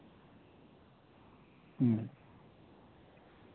ᱦᱩᱸ